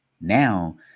Now